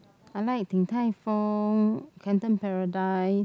I like Din-Tai-Fung Canton Paradise